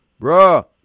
Bruh